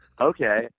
okay